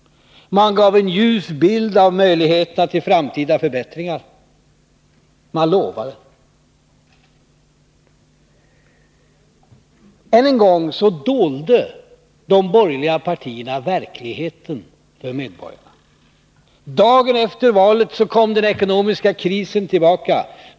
Man gav en ljus bild av möjligheterna till framtida förbättringar, man gav löften. Än en gång dolde de borgerliga partierna verkligheten för medborgarna. Dagen efter valet kom den ekonomiska krisen tillbaka.